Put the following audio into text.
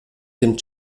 dem